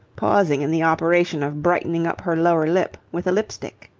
pausing in the operation of brightening up her lower lip with a lip-stick.